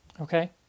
Okay